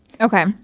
Okay